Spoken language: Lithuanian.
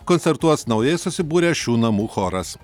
koncertuos naujai susibūręs šių namų choras